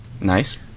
Nice